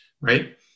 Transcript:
Right